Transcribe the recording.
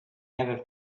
have